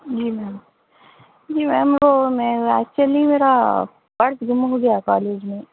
جی ma'am جی ma'am وہ میں ایکچولی میرا پرس گم ہو گیا کالج میں